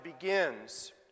begins